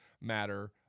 Matter